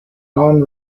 non